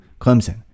Clemson